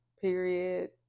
period